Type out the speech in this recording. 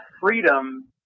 freedom